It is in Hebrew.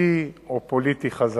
הדבר פוגע בפרנסת הנהגים.